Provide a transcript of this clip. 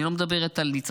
אני לא מדברת על ניצחון,